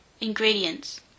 Ingredients